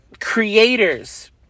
creators